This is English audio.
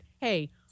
hey